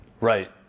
right